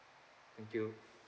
thank you